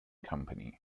company